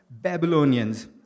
Babylonians